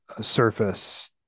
surface